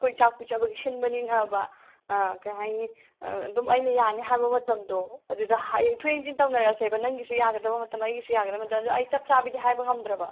ꯑꯩꯈꯣꯏ ꯆꯥꯛ ꯄꯤꯖꯕꯒꯤ ꯁꯤꯟꯕꯅꯤꯅꯕ ꯀꯩ ꯍꯥꯏꯅꯤ ꯑꯗꯨꯝ ꯑꯩꯅ ꯌꯥꯅꯤ ꯍꯥꯏꯕ ꯃꯇꯝꯗꯣ ꯑꯗꯨꯗ ꯍꯌꯦꯡ ꯌꯦꯡꯊꯣꯛ ꯌꯦꯡꯁꯤꯟ ꯇꯧꯅꯔꯁꯦꯕ ꯅꯪꯒꯤꯁꯨ ꯌꯥꯒꯗꯕ ꯃꯇꯝ ꯑꯩꯒꯤꯁꯨ ꯌꯥꯒꯗꯕ ꯃꯇꯝ ꯑꯗꯣ ꯑꯩ ꯆꯞ ꯆꯥꯕꯤꯗꯤ ꯍꯥꯏꯕ ꯉꯝꯗ꯭ꯔꯕ